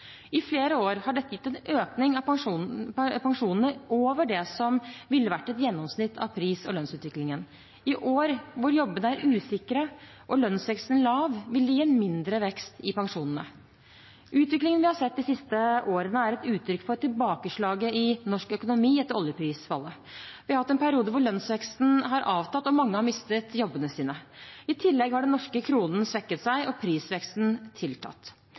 I flere år har dette gitt en økning av pensjonene over det som ville vært et gjennomsnitt av pris- og lønnsutviklingen. I år, når jobbene er usikre og lønnsveksten lav, vil det gi en mindre vekst i pensjonene. Utviklingen vi har sett de siste årene, er et uttrykk for tilbakeslaget i norsk økonomi etter oljeprisfallet. Vi har hatt en periode hvor lønnsveksten har avtatt og mange har mistet jobbene sine. I tillegg har den norske kronen svekket seg og prisveksten tiltatt.